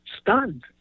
stunned